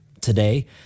today